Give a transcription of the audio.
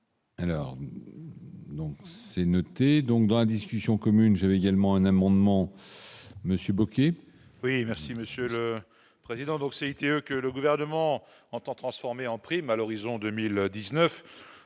Alors donc c'est noté donc dans la discussion commune j'avais également un amendement. Monsieur Beauquier. Oui, merci Monsieur le Président, d'obscénités que le gouvernement entend transformer en prime à l'horizon 2019